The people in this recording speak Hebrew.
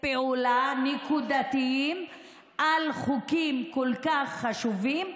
פעולה בצורה נקודתית על חוקים כל כך חשובים,